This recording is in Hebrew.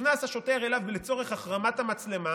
נכנס השוטר אליו לצורך החרמת המצלמה.